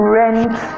rent